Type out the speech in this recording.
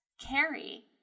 carry